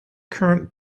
current